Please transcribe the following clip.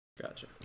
Gotcha